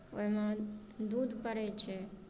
ओहिमे दूध पड़ै छै